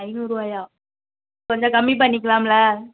ஐந்நூறு ரூபாயா கொஞ்சம் கம்மி பண்ணிக்கலாமில